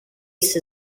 ace